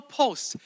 post